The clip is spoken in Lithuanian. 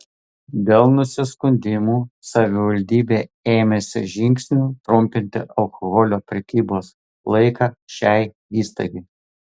dėl nusiskundimų savivaldybė ėmėsi žingsnių trumpinti alkoholio prekybos laiką šiai įstaigai